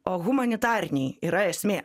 o humanitariniai yra esmė